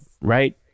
right